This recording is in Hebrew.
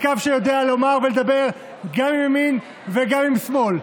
הקו שיודע לומר ולדבר גם עם ימין וגם עם שמאל,